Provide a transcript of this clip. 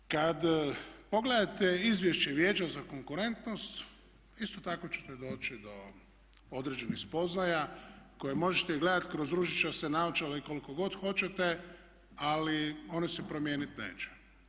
Kad pogledate izvješće Vijeća za konkurentnost isto tako ćete doći do određenih spoznaja koje možete i gledati kroz ružičaste naočale koliko god hoćete, ali oni se promijenit neće.